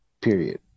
period